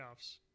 playoffs